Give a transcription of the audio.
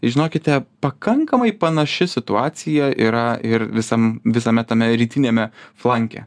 žinokite pakankamai panaši situacija yra ir visam visame tame rytiniame flanke